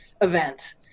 event